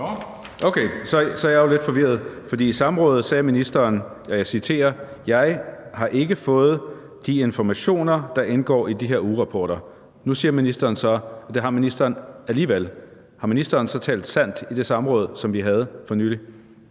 Okay, så er jeg jo lidt forvirret, for i samrådet sagde ministeren: Jeg har ikke fået de informationer, der indgår i de her ugerapporter. Nu siger ministeren så, at det har ministeren alligevel. Har ministeren så talt sandt i det samråd, som vi havde for nylig?